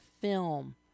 film